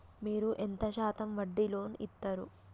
మీరు ఎంత శాతం వడ్డీ లోన్ ఇత్తరు?